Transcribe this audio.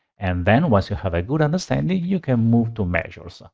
and then once you have a good understanding, you can move to measures.